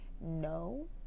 no